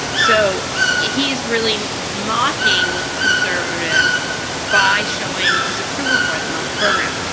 so he is really mocking conservatives by showing his approval for them on the program.